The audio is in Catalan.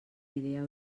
idea